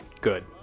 good